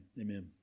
amen